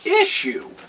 issue